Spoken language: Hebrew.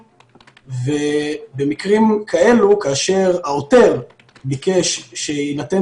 ובמקרים כאלו כאשר העותר ביקש שיינתן